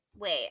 Wait